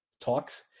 talks